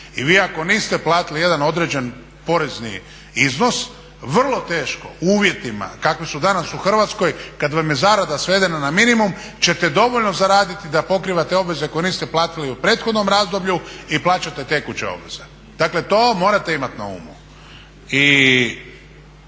i vi ako niste platili jedan određeni porezni iznos vrlo teško u uvjetima kakvi su danas u Hrvatskoj, kada vam je zarada svedena na minimum ćete dovoljno zaraditi da pokrivate obveze koje niste platili u prethodnom razdoblju i plaćate tekuće obveze. Dakle to morate imati na umu. I